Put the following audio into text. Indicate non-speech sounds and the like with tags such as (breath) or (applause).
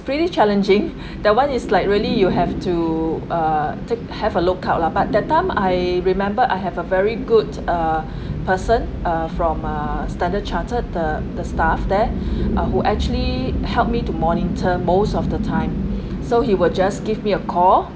pretty challenging (laughs) that one is like really you have to uh to have a lookout lah but that time I remember I have a very good uh (breath) person err from uh standard chartered the the staff there (breath) who actually helped me to monitor most of the time so he will just give me a call